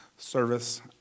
Service